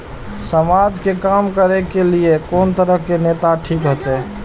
समाज के काम करें के ली ये कोन तरह के नेता ठीक होते?